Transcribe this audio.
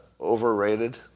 overrated